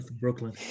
Brooklyn